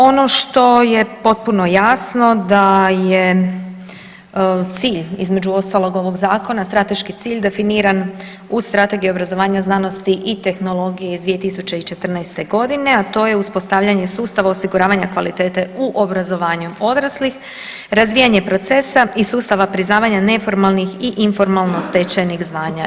Ono što je potpuno jasno da je cilj između ostalog ovog zakona strateški cilj definiran u strategiji obrazovanja, znanosti i tehnologije iz 2014.g., a to je uspostavljanje sustava osiguravanja kvalitete u obrazovanju odraslih, razvijanje procesa i sustava priznavanja neformalnih i informalno stečenih znanja.